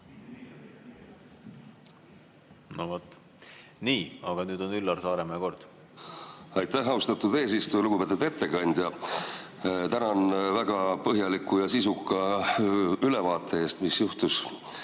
Nii, aga nüüd on Üllar Saaremäe kord. Aitäh, austatud eesistuja! Lugupeetud ettekandja! Tänan väga põhjaliku ja sisuka ülevaate eest, mis juhtus